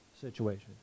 situation